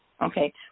Okay